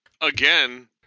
again